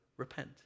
Repent